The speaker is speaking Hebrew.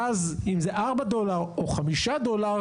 ואז אם זה 4 דולר או 5 דולר,